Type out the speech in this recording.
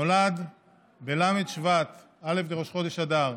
נולד בל' שבט, א' בראש חודש אדר,